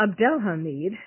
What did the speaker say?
Abdelhamid